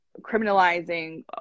criminalizing